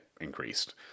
increased